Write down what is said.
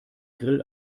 grill